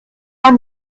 kann